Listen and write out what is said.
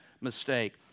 mistake